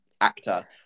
actor